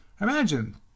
Imagine